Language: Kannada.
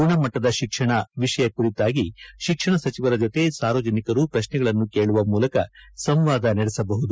ಗುಣಮಟ್ಟದ ಶಿಕ್ಷಣ ವಿಷಯ ಕುರಿತಾಗಿ ಶಿಕ್ಷಣ ಸಚಿವರ ಜೊತೆ ಸಾರ್ವಜನಿಕರು ಪ್ರಶ್ನೆಗಳನ್ನು ಕೇಳುವ ಮೂಲಕ ಸಂವಾದ ನಡೆಸಬಹುದು